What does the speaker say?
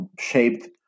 shaped